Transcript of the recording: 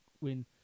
win